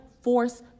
force